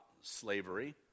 slavery